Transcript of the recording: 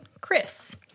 Chris